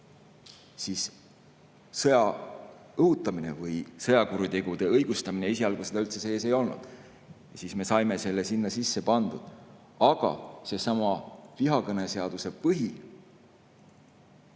siis sõjaõhutamist või sõjakuritegude õigustamist üldse sees ei olnud, siis me saime selle sinna sisse pandud. Aga seesama vihakõneseaduse